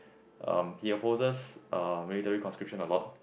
um he exposes uh military conscription a lot